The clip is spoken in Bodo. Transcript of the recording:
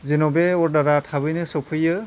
जेन' बे अर्डारआ थाबैनो सौफैयो